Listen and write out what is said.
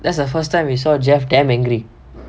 that's the first time we saw jeff damn angry